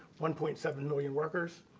one point seven million workers,